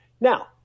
Now